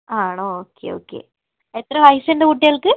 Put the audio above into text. ആണോ okay okay എത്ര വയസ്സുണ്ട് കുട്ടികൾക്ക്